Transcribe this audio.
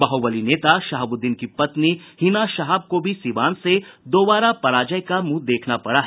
बाहुबली नेता शहाबुद्दीन की पत्नी हिना शहाब को भी सिवान से दुबारा पराजय का मुंह देखना पडा